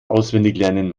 auswendiglernen